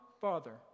Father